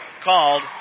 called